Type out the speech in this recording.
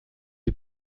est